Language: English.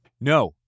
No